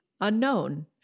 unknown